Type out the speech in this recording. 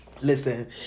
listen